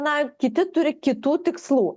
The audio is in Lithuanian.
na kiti turi kitų tikslų